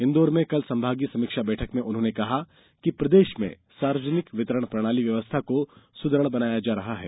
इंदौर में कल संभागीय समीक्षा बैठक में उन्होंने कहा कि प्रदेश में सार्वजनिक वितरण प्रणाली व्यवस्था को सुदृढ़ बनाया जा रहा है